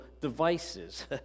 devices